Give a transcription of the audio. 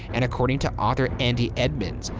and according to author andy edmonds,